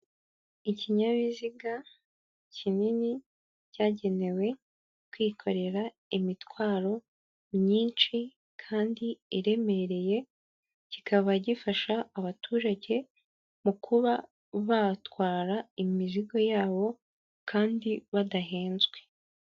Ikinyabiziga kinini cyagenewe kwikorera imitwaro myinshi kandi iremereye, kikaba gifasha abaturage mu kuba batwara imizigo yabo kandi badahenzwe.